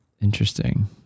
Interesting